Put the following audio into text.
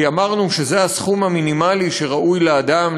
כי אמרנו שזה הסכום המינימלי שראוי שאדם